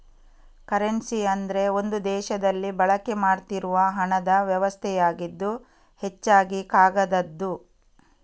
currency ಅಂದ್ರೆ ಒಂದು ದೇಶದಲ್ಲಿ ಬಳಕೆ ಮಾಡ್ತಿರುವ ಹಣದ ವ್ಯವಸ್ಥೆಯಾಗಿದ್ದು ಹೆಚ್ಚಾಗಿ ಕಾಗದದ್ದು